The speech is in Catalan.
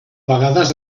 vegades